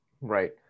Right